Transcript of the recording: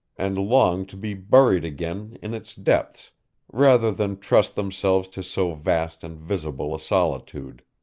and longed to be buried again in its depths rather than trust themselves to so vast and visible a solitude.